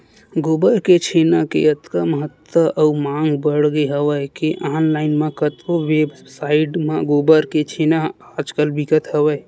गोबर के छेना के अतका महत्ता अउ मांग बड़गे हवय के ऑनलाइन म कतको वेबसाइड म गोबर के छेना ह आज कल बिकत हवय